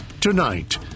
Tonight